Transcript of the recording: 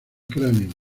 cráneo